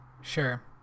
Sure